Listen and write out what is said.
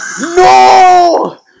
No